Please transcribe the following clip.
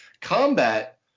combat